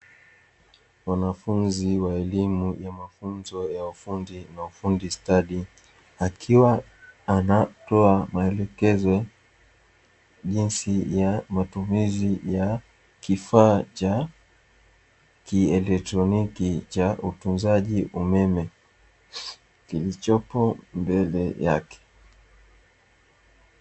Mwanafuzi wa elimu ya mafunzo ya ufundi na ufundi stadi akiwa anatoa maelekezo jinsi ya matumizi ya kifaa cha kieletroniki cha utunzaji umeme kilichopo mbele yake.